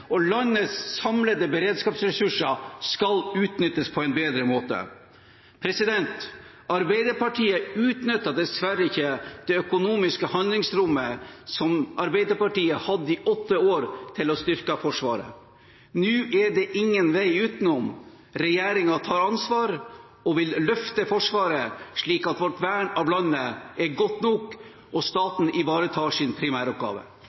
og landets samlede beredskapsressurser skal utnyttes på en bedre måte. Arbeiderpartiet utnyttet dessverre ikke det økonomiske handlingsrommet som de hadde i åtte år, til å styrke Forsvaret. Nå er det ingen vei utenom. Regjeringen tar ansvar og vil løfte Forsvaret, slik at vårt vern av landet er godt nok, og at staten ivaretar sin primæroppgave.